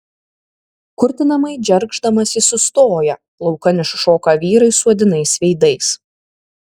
kurtinamai džergždamas jis sustoja laukan iššoka vyrai suodinais veidais